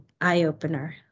eye-opener